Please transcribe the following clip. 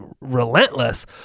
relentless